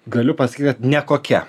galiu pasakyt kad ne kokia